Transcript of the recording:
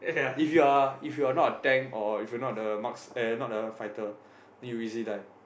if you are if you are not a tank or if you are not a marks uh not a fighter then you easily die